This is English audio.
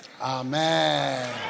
Amen